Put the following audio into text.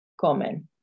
comen